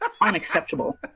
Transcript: unacceptable